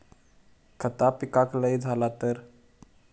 खता पिकाक लय झाला तर?